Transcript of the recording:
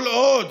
כל עוד